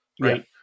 right